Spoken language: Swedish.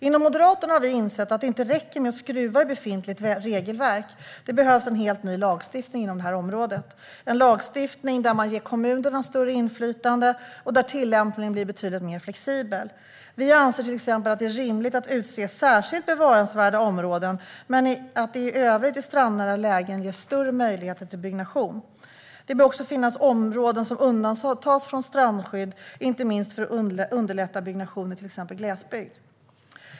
Inom Moderaterna har vi insett att det inte räcker med att skruva i befintligt regelverk. Det behövs en helt ny lagstiftning inom detta område, en lagstiftning där man ger kommunerna större inflytande och där tillämpningen blir betydligt mer flexibel. Vi anser till exempel att det är rimligt att utse särskilt bevarandevärda områden men att det i övriga strandnära lägen ges större möjligheter till byggnation. Det bör också finnas områden som undantas från strandskydd, inte minst för att underlätta byggnation i till exempel glesbygd.